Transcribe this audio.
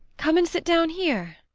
come and sit down here.